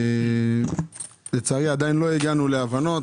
לצערי לא הגענו להבנות.